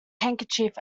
handkerchief